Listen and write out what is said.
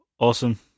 Awesome